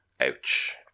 Ouch